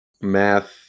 math